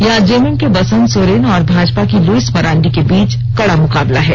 यहां जेएमएम के बसंत सोरेन और भाजपा की लुईस मरांडी के बीच कड़ा मुकाबला है